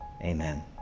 amen